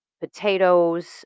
potatoes